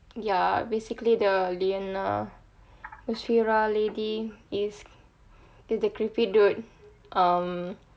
ya basically the liyana musfirah lady is is the creepy dude um